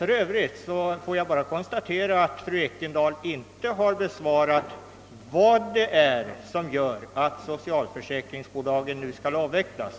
För övrigt får jag konstatera att fru Ekendahl inte har besvarat min fråga, vad det är som gör att socialförsäkringsbolagen nu skall avvecklas.